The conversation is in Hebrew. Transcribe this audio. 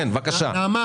נעמה,